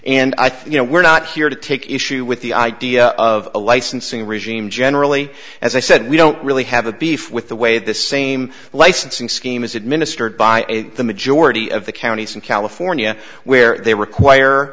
think you know we're not here to take issue with the idea of a licensing regime generally as i said we don't really have a beef with the the way same licensing scheme is administered by the majority of the counties in california where they